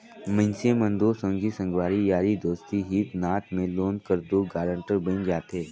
मइनसे मन दो संगी संगवारी यारी दोस्ती हित नात में लोन कर दो गारंटर बइन जाथे